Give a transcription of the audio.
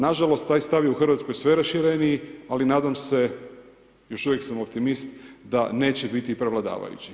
Nažalost, taj stav je u Hrvatskoj sve rašireniji, ali nadam se, još uvijek am optimist da neće biti prevladavajući.